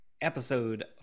episode